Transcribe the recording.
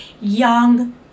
young